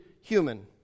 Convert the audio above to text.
human